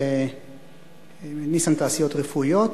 "ניסן תעשיות רפואיות",